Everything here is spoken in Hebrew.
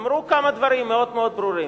אמרו כמה דברים מאוד מאוד ברורים: